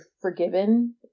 forgiven